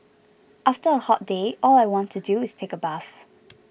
after a hot day all I want to do is take a bath